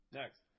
next